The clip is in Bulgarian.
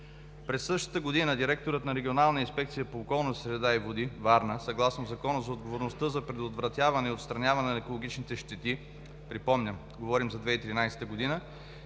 През същата година директорът на Регионална инспекция по околна среда и води - Варна, съгласно Закона за отговорността за предотвратяване и отстраняване на екологичните щети – припомням, говорим за 2013 г.,